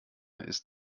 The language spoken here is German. ist